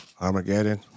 Armageddon